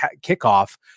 kickoff